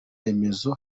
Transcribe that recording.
remezo